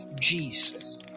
jesus